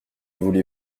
voulez